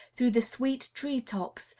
through the sweet tree-tops,